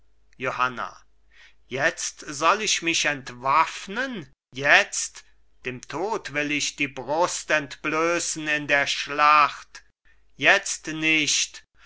johanna jetzt soll ich mich entwaffnen jetzt dem tod will ich die brust entblößen in der schlacht jetzt nicht